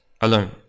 alone